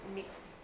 mixed